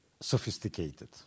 sophisticated